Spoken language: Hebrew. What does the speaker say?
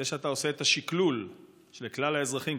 זה שאתה עושה את השקלול של כלל האזרחים,